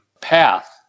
path